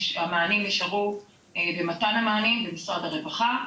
המענים נשארו במתן המענים במשרד הרווחה.